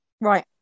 Right